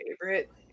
favorite